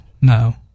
no